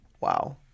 Wow